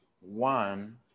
one